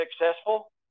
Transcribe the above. successful